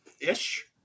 Ish